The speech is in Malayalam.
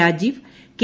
രാജീവ് കെ